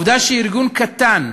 העובדה שארגון קטן